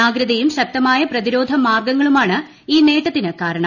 ജാഗ്രതയും ശക്തമായ പ്രതിരോധ മാർഗ്ഗങ്ങളുമാണ് ഈ നേട്ടത്തിന് കാരണം